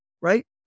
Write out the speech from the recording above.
right